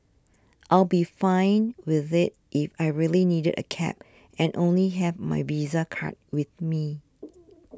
I'll be fine with it if I really needed a cab and only have my Visa card with me